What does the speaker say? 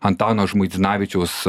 antano žmuidzinavičiaus